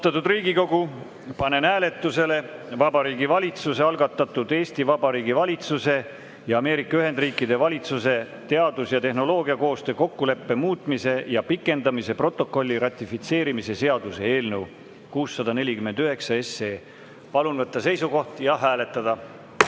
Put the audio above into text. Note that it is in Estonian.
Austatud Riigikogu, panen hääletusele Vabariigi Valitsuse algatatud Eesti Vabariigi valitsuse ja Ameerika Ühendriikide valitsuse teadus‑ ja tehnoloogiakoostöö kokkuleppe muutmise ja pikendamise protokolli ratifitseerimise seaduse eelnõu 649. Palun võtta seisukoht ja hääletada!